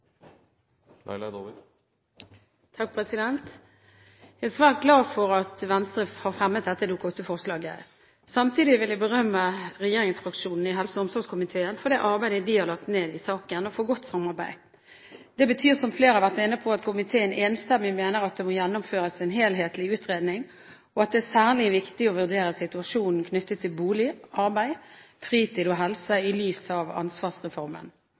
svært glad for at Venstre har fremmet dette Dokument 8-forslaget. Samtidig vil jeg berømme regjeringsfraksjonen i helse- og omsorgskomiteen for det arbeidet de har lagt ned i saken, og for godt samarbeid. Det betyr, som flere har vært inne på, at komiteen enstemmig mener at det må gjennomføres en helhetlig utredning, og at det er særlig viktig å vurdere situasjonen knyttet til bolig, arbeid, fritid og helse i lys av ansvarsreformen.